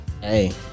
hey